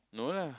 no lah